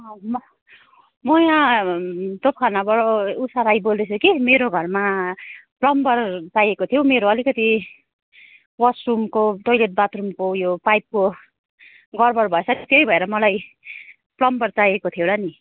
म यहाँ तोपखानाबाट उषा राई बोल्दैछु कि मेरो घरमा प्लम्बर चाहिएको थियो हो मेरो अलिकति वासरुमको यो टोयलेट बाथरुमको यो पाइपको गडबड भएछ कि त्यही भएर मलाई प्लम्बर चाहिएको थियो र नि